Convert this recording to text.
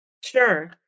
Sure